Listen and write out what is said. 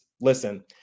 Listen